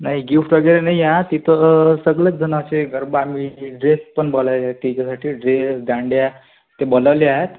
नाही गिफ्ट वगैरे नाहीए तिथं सगळेच जणं अशे गरबा आणि ड्रेस पण बोला त्याच्यासाठी ड्रेस दांडया ते बोलवलीएत